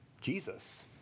Jesus